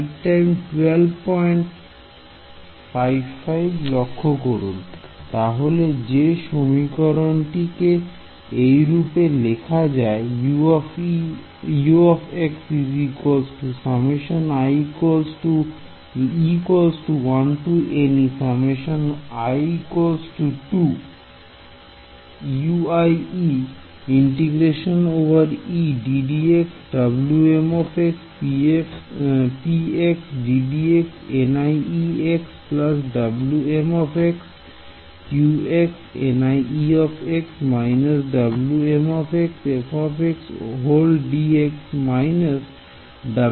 Student তাহলে সেই সমীকরণটি কে এই রূপে লেখা যাক